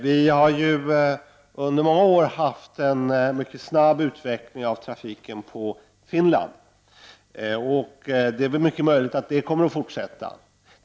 Vi har under många år haft en mycket snabb utveckling av trafiken på Finland, och det är mycket möjligt att denna utveckling kommer att fortsätta.